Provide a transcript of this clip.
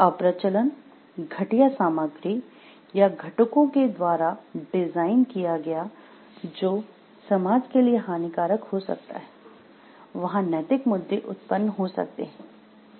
अप्रचलन घटिया सामग्री या घटकों के द्वारा डिज़ाइन किया गया जो समाज के लिए हानिकारक हो सकता है वहां नैतिक मुद्दे उत्पन्न हो सकते हैं